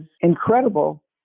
incredible